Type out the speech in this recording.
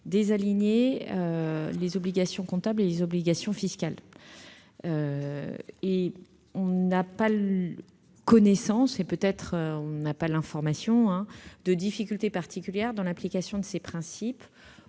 désaligner obligations comptables et obligations fiscales. Or nous n'avons pas connaissance, mais peut-être simplement faute d'informations, de difficultés particulières dans l'application de ces principes.